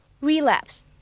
relapse